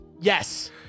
Yes